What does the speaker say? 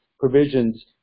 provisions